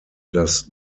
das